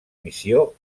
missió